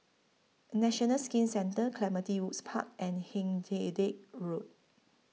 National Skin Centre Clementi Woods Park and Hindhede Road